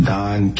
Don